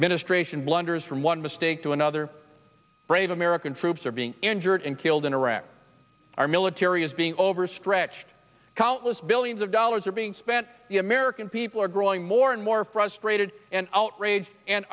administration blunders from one mistake to another brave american troops are being injured and killed in iraq our military is being overstretched countless billions of dollars are being spent the american people are growing more and more frustrated and outraged and